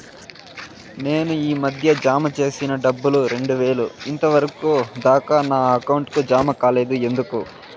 నేను ఈ మధ్య జామ సేసిన డబ్బులు రెండు వేలు ఇంతవరకు దాకా నా అకౌంట్ కు జామ కాలేదు ఎందుకు?